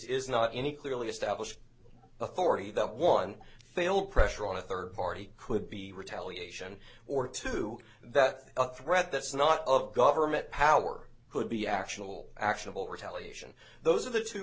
is not any clearly established authority that one failed pressure on a third party could be retaliation or two that a threat that's not of government power could be actionable actionable retaliation those are the two